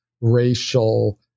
racial